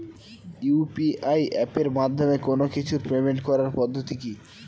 UPI এপের মাধ্যমে কোন কিছুর পেমেন্ট করার পদ্ধতি কি?